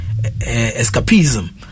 escapism